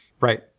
Right